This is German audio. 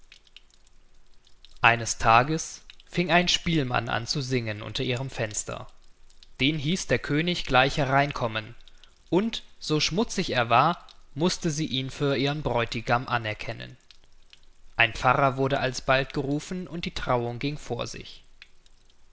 eines tages fing ein spielmann an zu singen unter ihrem fenster den hieß der könig gleich hereinkommen und so schmutzig er war mußte sie ihn für ihren bräutigam anerkennen ein pfarrer wurde alsbald gerufen und die trauung ging vor sich